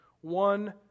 one